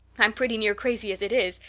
i am pretty near crazy as it is,